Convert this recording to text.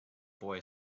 boy